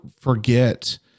forget